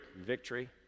victory